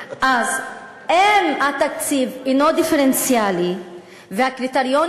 אם התקציב אינו דיפרנציאלי והקריטריונים